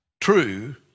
true